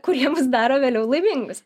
kurie mus daro vėliau laimingus